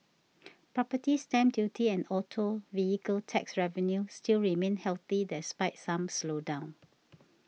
property stamp duty and auto vehicle tax revenue still remain healthy despite some slowdown